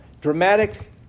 dramatic